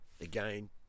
Again